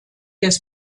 des